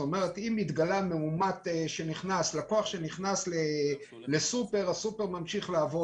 אם התגלה מאומת שנכנס לסופר, הסופר ממשיך לעבוד.